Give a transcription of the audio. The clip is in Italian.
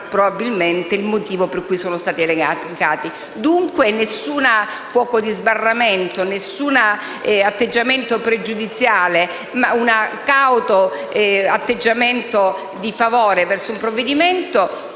il motivo per cui sono stati elencati